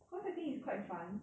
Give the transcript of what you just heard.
cause I think it's quite fun